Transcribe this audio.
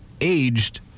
aged